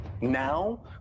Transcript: Now